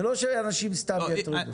זה לא שאנשים סתם יטרידו.